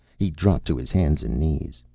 he dropped to his hands and knees.